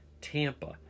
Tampa